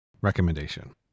recommendation